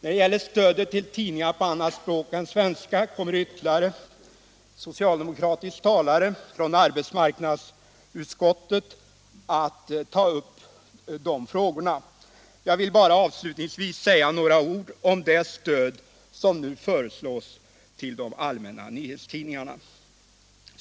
Frågan om stöd till tidningar på annat språk än svenska kommer en socialdemokratisk talare från arbetsmarknadsutskottet att ytterligare ta upp. Jag vill bara avslutningsvis säga några ord om det stöd som nu föreslås till de allmänna nyhetstidningarna.